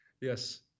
Yes